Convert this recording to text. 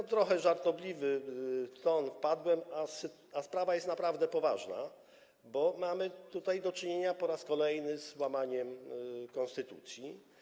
W trochę żartobliwy ton wpadłem, a sprawa jest naprawdę poważna, bo mamy tutaj do czynienia po raz kolejny z łamaniem konstytucji.